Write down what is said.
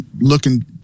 looking